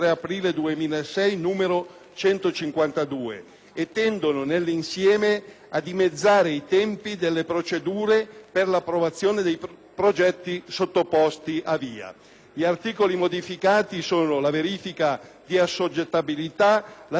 e tendono, nell'insieme, a dimezzare i tempi delle procedure per l'approvazione dei progetti sottoposti a VIA. Gli articoli modificati riguardano la verifica di assoggettabilità, la definizione dei contenuti dello studio di impatto ambientale,